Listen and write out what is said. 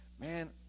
man